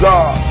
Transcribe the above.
God